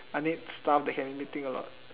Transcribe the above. I need stuffs that can make me think a lot